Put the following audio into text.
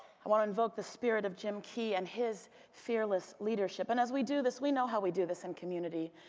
i want to invoke the spirit of jim key and his fearless leadership. and as we do this, we know how we do this in community.